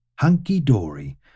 Hunky-dory